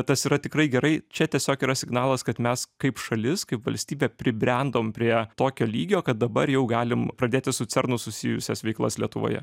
tas yra tikrai gerai čia tiesiog yra signalas kad mes kaip šalis kaip valstybė pribrendom prie tokio lygio kad dabar jau galim pradėti su cernu susijusias veiklas lietuvoje